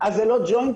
אז זה לא ג'וינטים,